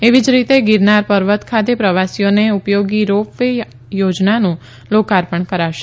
એવી જ રીતે ગીરનાર પર્વત ખાતે પ્રવાસીઓને ઉપયોગી રોપ વે યોજનાનું લોકાર્પણ કરાશે